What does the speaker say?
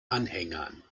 anhängern